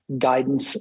guidance